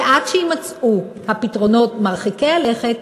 ועד שיימצאו הפתרונות מרחיקי הלכת,